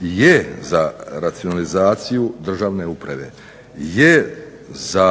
je za racionalizaciju državne uprave je za